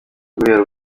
guhera